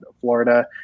Florida